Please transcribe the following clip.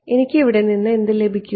എനിക്ക് ഇവിടെ നിന്ന് എന്ത് ലഭിക്കും